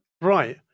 Right